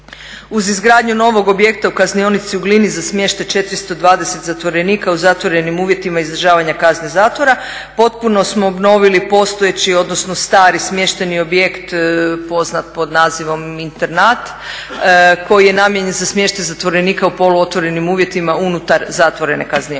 Uz izgradnju novog objekta u Kaznionici u Glini za smještaj 420 zatvorenika u zatvorenim uvjetima izdržavanja kazne zatvora potpuno smo obnovili postojeći odnosno stari smještajni objekt poznat pod nazivom Internat koji je namijenjen za smještaj zatvorenika u poluotvorenim uvjetima unutar zatvorene kaznionice.